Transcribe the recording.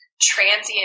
transient